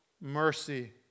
mercy